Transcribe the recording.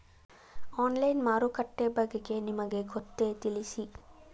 Online ಮಾರುಕಟ್ಟೆ ಬಗೆಗೆ ನಿಮಗೆ ಗೊತ್ತೇ? ತಿಳಿಸಿ?